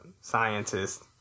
Scientist